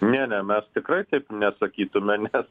ne ne mes tikrai taip nesakytume nes